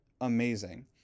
amazing